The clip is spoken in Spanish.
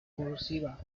cursiva